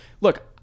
look